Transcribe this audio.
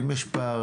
האם יש פערים?